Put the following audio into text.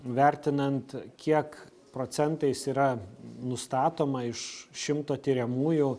vertinant kiek procentais yra nustatoma iš šimto tiriamųjų